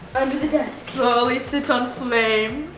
under the desk. slowly sit on flame.